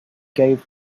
gave